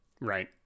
Right